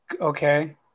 Okay